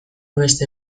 beste